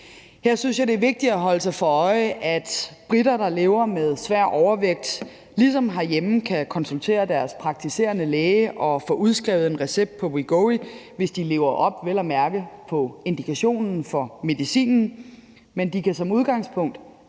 Her synes jeg det er vigtigt at holde sig for øje, at briter, der lever med svær overvægt, ligesom herhjemme kan konsultere deres praktiserende læge og få udskrevet en recept på Wegovy, hvis de vel at mærke lever op til indikationen for medicinen, men de kan som udgangspunkt